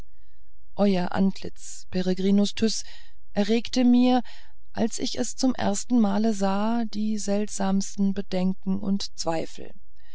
euer antlitz peregrinus tyß erregte mir als ich es zum ersten male sah die seltsamsten bedenken und zweifel